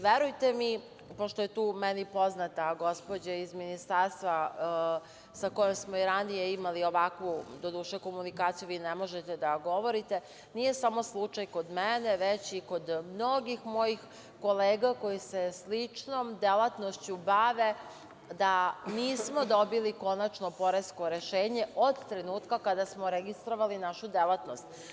Verujte mi, pošto je tu meni poznata mi gospođa iz Ministarstva sa kojom smo i ranije imali ovakvu, doduše komunikaciju, vi ne možete da govorite, nije samo slučaj kod mene već i kod mnogih mojih kolega koji se sličnom delatnošću bave da nismo dobili konačno poresko rešenje od trenutka kada smo registrovali našu delatnost.